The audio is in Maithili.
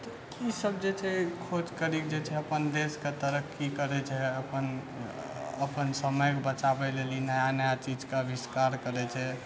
तऽ ई सब जे छै खोज करीके जे छै अपन देशके तरक्की करै छै अपन अपन समयके बचाबै लेल ई नया नया चीजके आविष्कार करै छै